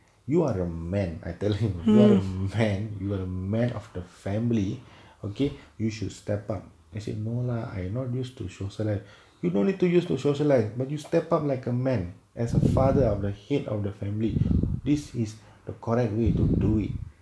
you are a man I tell him you are a man you are a man of the family okay you should step up he say no lah I not use to show shall I you don't need to use to socialise but you step up like a man as a father of the head of the family this is the correct way to do it